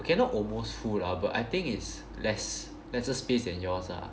okay not almost full lah but I think is less lesser space than yours ah